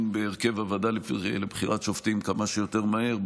בהרכב הוועדה לבחירת שופטים כמה שיותר מהר,